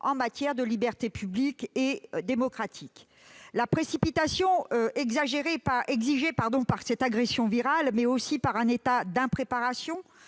en matière de libertés publiques et démocratiques. La précipitation exigée par cette agression virale, mais aussi par un état d'impréparation